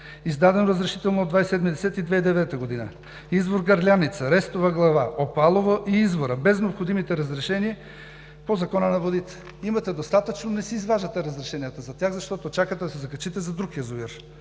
издадено разрешително от 27 октомври 2009 г.; извор „Гърляница“, „Рестова глава“, „Опалово“ и „Извора“ – без необходимите разрешения по Закона за водите. Имате достатъчно, не си изваждате разрешенията за тях, защото чакате да се закачите за друг язовир,